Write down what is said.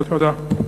תודה.